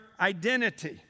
identity